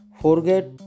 Forget